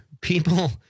people